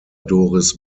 doris